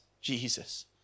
Jesus